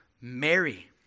Mary